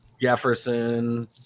Jefferson